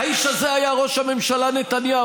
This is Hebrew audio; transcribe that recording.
האיש הזה היה ראש הממשלה נתניהו,